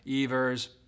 Evers